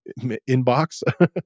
inbox